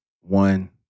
one